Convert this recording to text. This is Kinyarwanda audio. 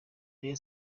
rayon